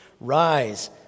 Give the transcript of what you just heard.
Rise